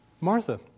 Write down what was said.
Martha